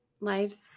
lives